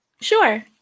Sure